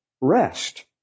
rest